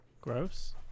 gross